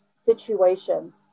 situations